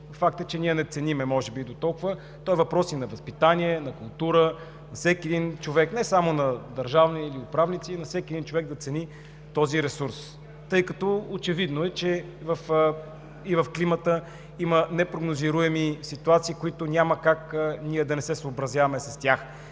Факт е, че ние не я ценим може би дотолкова, защото е въпрос и на възпитание, и на култура, и не само на държавни управници, а всеки един човек да цени този ресурс, тъй като е очевидно, че и в климата има непрогнозируеми ситуации, с които няма как да не се съобразяваме, и